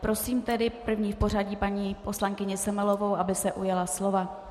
Prosím tedy první v pořadí paní poslankyni Semelovou, aby se ujala slova.